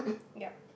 ya